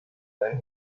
than